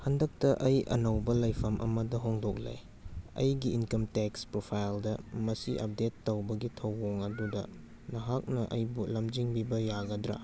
ꯍꯟꯗꯛꯇ ꯑꯩ ꯑꯅꯧꯕ ꯂꯩꯐꯝ ꯑꯃꯗ ꯍꯣꯡꯗꯣꯛꯂꯦ ꯑꯩꯒꯤ ꯏꯟꯀꯝ ꯇꯦꯛꯁ ꯄ꯭ꯔꯣꯐꯥꯏꯜꯗ ꯃꯁꯤ ꯑꯞꯗꯦꯠ ꯇꯧꯕꯒꯤ ꯊꯧꯑꯣꯡ ꯑꯗꯨꯗ ꯅꯍꯥꯛꯅ ꯑꯩꯕꯨ ꯂꯝꯖꯤꯡꯕꯤꯕ ꯌꯥꯒꯗ꯭ꯔ